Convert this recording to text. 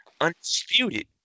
Undisputed